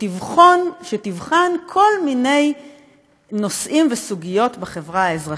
שתבחן כל מיני נושאים וסוגיות בחברה האזרחית.